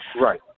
Right